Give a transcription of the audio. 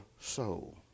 soul